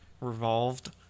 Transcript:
revolved